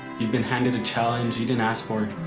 you've been handed a challenge you didn't ask for.